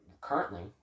currently